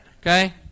Okay